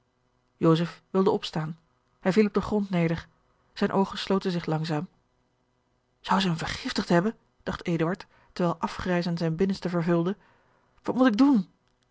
wilde opstaan hij viel op den grond neder zijne oogen sloten zich langzaam zou zij hem vergiftigd hebben dacht eduard terwijl afgrijzen zijn binnenste vervulde wat moet ik doen